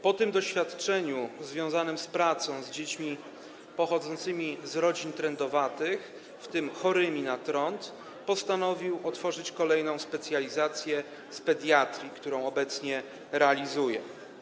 Po tym doświadczeniu związanym z pracą z dziećmi pochodzącymi z rodzin trędowatych, w tym chorymi na trąd, postanowił otworzyć kolejną specjalizację, z pediatrii, co obecnie realizuje.